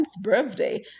birthday